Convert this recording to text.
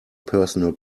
personal